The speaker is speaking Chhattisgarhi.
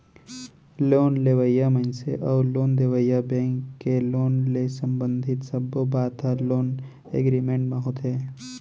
लोन लेवइया मनसे अउ लोन देवइया बेंक के लोन ले संबंधित सब्बो बात ह लोन एगरिमेंट म होथे